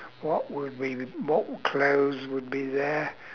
what would be the what clothes would be there